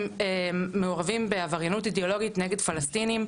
מעורבים בעבריינות אידיאולוגית נגד פלשתינים,